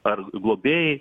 ar globėjai